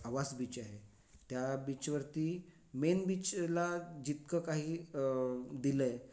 अवास बीच आहे त्या बीचवरती मेन बीचला जितकं काही दिलं आहे